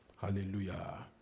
Hallelujah